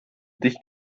dich